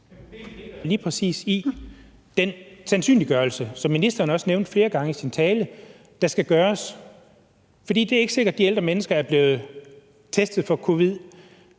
ligger lige præcis i den sandsynliggørelse, som ministeren også nævnte flere gange i sin tale, og som skal gøres. For det er ikke sikkert, at de ældre mennesker er blevet testet for covid-19;